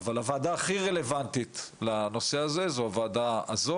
אבל הוועדה הכי רלוונטית לנושא הזה זו הוועדה הזו,